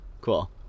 cool